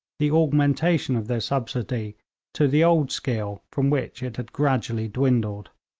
the augmentation of their subsidy to the old scale from which it had gradually dwindled.